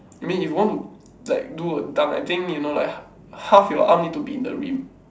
I mean if you want to like do a dunk I think you know like half your arm need to be in the rim